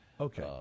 Okay